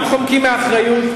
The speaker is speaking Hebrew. גם חומקים מאחריות,